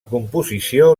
composició